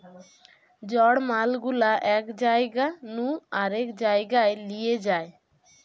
জড় মাল গুলা এক জায়গা নু আরেক জায়গায় লিয়ে যায়